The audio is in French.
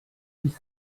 six